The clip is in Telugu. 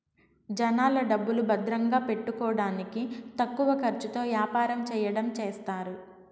జనాల డబ్బులు భద్రంగా పెట్టుకోడానికి తక్కువ ఖర్చుతో యాపారం చెయ్యడం చేస్తారు